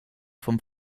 vom